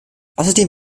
außerdem